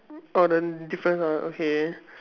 oh the difference ah okay